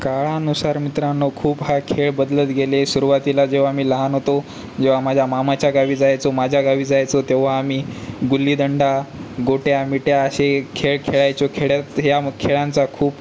काळानुसार मित्रांनो खूप हा खेळ बदलत गेले सुरुवातीला जेव्हा मी लहान होतो जेव्हा माझ्या मामाच्या गावी जायचो माझ्या गावी जायचो तेव्हा आम्ही गुल्ली दंडा गोट्या मिट्या असे खेळ खेळायचो खेड्यात ह्या खेळांचा खूप